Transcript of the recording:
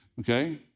okay